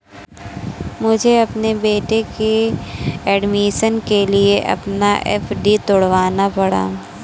मुझे अपने बेटे के एडमिशन के लिए अपना एफ.डी तुड़वाना पड़ा